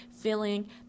feeling